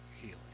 healing